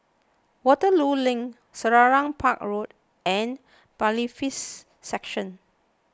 Waterloo Link Selarang Park Road and Bailiffs' Section